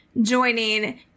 joining